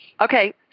Okay